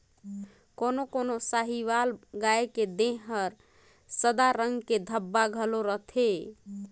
कोनो कोनो साहीवाल गाय के देह हर सादा रंग के धब्बा घलो रहथे